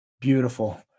Beautiful